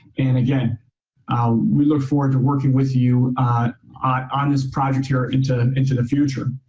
and again we look forward to working with you on this project here into into the future.